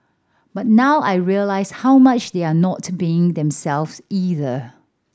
but now I realise how much they're not being themselves either